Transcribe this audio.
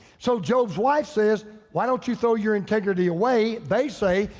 so job's wife says, why don't you throw your integrity away? they say,